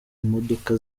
imodoka